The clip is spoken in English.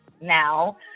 now